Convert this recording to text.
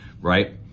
right